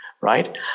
right